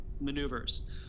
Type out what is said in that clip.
maneuvers